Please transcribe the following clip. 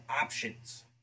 options